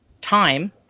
time